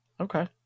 Okay